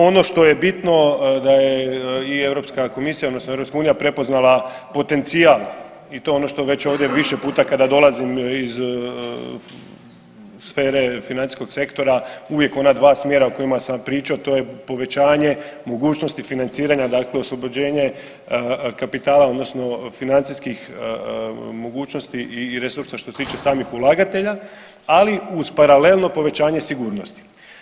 Ono što je bitno da je i Europska komisija, odnosno Europska unija prepoznala potencijal i to je ono što je ovdje već više puta kada dolazim iz sfere financijskog sektora uvijek ona dva smjera o kojima sam vam pričao to je povećanje mogućnosti financiranja, dakle oslobođenje kapitala, odnosno financijskih mogućnosti i resursa što se tiče samih ulagatelja ali uz paralelno povećanje sigurnosti.